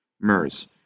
MERS